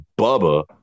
Bubba